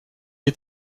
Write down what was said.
est